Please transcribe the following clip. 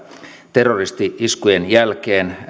terroristi iskujen jälkeen